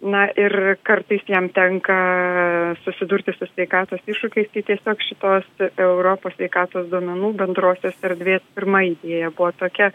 na ir kartais jam tenka susidurti su sveikatos iššūkiais tai tiesiog šitos europos sveikatos duomenų bendrosios erdvės pirma idėja buvo tokia